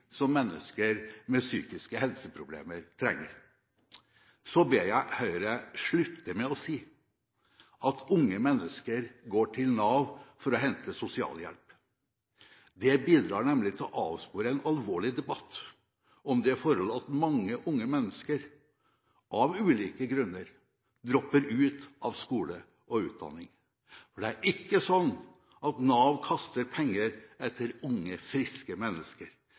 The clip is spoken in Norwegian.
som mennesker med psykiske helseproblemer trenger. Så ber jeg Høyre slutte med å si at unge mennesker går til Nav for å hente sosialhjelp. Det bidrar nemlig til å avspore en alvorlig debatt om det forhold at mange unge mennesker av ulike grunner dropper ut av skole og utdanning. For det er ikke sånn at Nav kaster penger etter unge, friske mennesker.